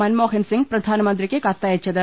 മൻമോ ഹൻസിംഗ് പ്രധാനമന്ത്രിക്ക് കത്തയച്ചത്